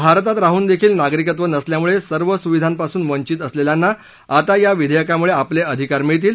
भारतात राहून देखील नागरिकत्व नसल्यामुळे सर्व सुविधांपासून वंचित असलेल्यांना आता या विधेयकामुळे आपले अधिकार मिळतील